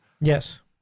Yes